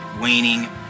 waning